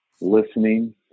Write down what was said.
listening